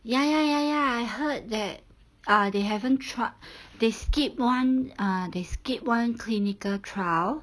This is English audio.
ya ya ya ya I heard that ah they haven't tr~ they skip one err they skip one clinical trial